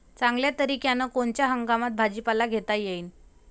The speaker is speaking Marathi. चांगल्या तरीक्यानं कोनच्या हंगामात भाजीपाला घेता येईन?